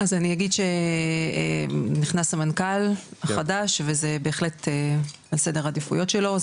אז אני אגיד שנכנס המנכ"ל החדש וזה בהחלט על סדר עדיפויות שלו,